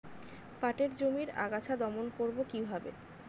পাটের জমির আগাছা দমন করবো কিভাবে?